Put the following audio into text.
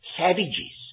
savages